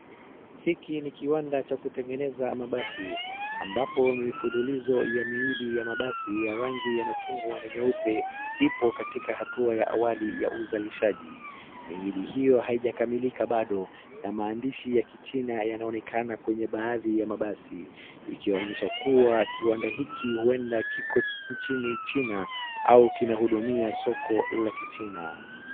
Hiki ni kiwanda Cha kutengeneza mabasi ambapo mifululizo ya miili ya mabasi ya rangi machungwa na nyeupe ipo katika hatua ya awali ya uzalishaji miili hiyo haijakamilika bado na maandishi ya kichina yanaonekana kwenye baadhi ya mabasi ikionyesha kuwa kiwanda hiki huenda Kiko nchini china au kinahidumia soko la kichina